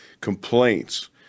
complaints